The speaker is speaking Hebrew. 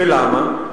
ולמה?